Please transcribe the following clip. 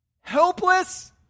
helpless